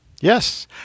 Yes